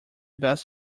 best